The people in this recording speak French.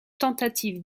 tentative